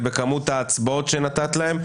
זה בכמות ההצבעות שנתת להם.